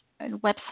website